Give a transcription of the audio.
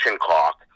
clock